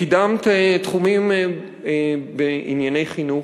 קידמת תחומים בענייני חינוך,